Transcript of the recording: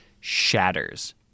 shatters